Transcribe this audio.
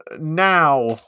now